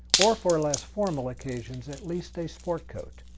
or for less formal occasions at least a sport coat.